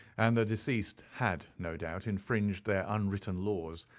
and the deceased had, no doubt, infringed their unwritten laws,